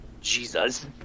Jesus